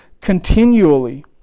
continually